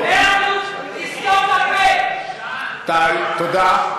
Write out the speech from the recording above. תסתום את הפה, די, תודה.